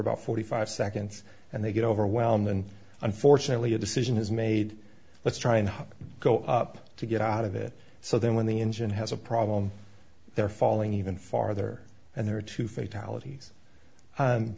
about forty five seconds and they get overwhelmed and unfortunately a decision is made let's try and go up to get out of it so then when the engine has a problem they're falling even farther and there are two fa